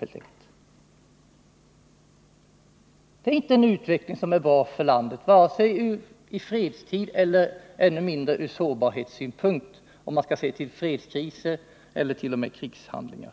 helt enkelt. Det är inte en utveckling som är bra för landet vare sig i fredstid eller med tanke på sårbarheten vid eventuella fredskriser eller krigshandlingar.